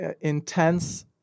intense